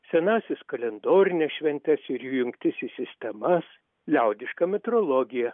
senasiąs kalendorines šventes ir jų jungtis į sistemas liaudišką metrologiją